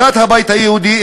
אחד הבית היהודי,